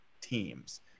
teams